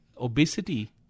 obesity